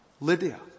Lydia